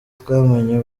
twamenye